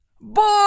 Boy